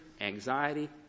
anxiety